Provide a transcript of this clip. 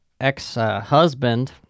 ex-husband